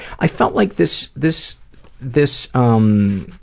i felt like this this this um